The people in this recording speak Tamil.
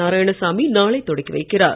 நாராயணசாமி நாளை தொடக்கி வைக்கிறார்